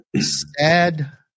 sad